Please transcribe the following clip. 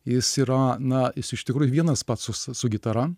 jis yra na jis iš tikrųjų vienas pats su gitara